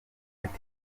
ati